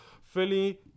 Philly